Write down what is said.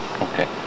Okay